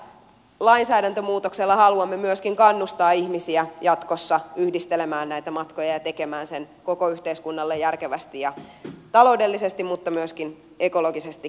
tällä lainsäädäntömuutoksella haluamme myöskin kannustaa ihmisiä jatkossa yhdistelemään näitä matkoja ja tekemään sen koko yhteiskunnalle järkevästi ja taloudellisesti mutta myöskin ekologisesti kestävästi